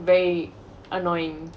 very annoying